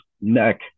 neck